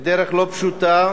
זה דרך לא פשוטה,